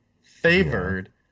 Favored